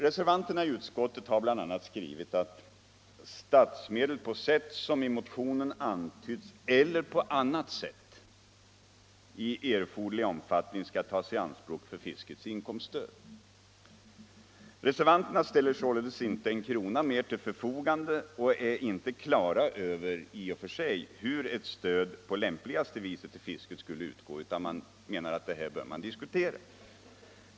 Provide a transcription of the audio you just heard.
Reservanterna i utskottet har bl.a. skrivit: ”Statsmedel bör härvid på sätt i motionen antytts eller på annat lämpligt sätt i erforderlig omfattning kunna tas i anspråk för att ge yrkesfiskarna erforderlig inkomstförstärkning.” Reservanterna ställer således inte en krona mer till förfogande och är i och för sig inte klara över hur ett stöd på lämpligaste sätt skall utgå till fisket, utan man menar att detta bör diskuteras.